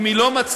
אם היא לא מצליחה